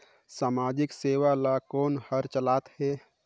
समाजिक योजना ला कोन हर चलाथ हे?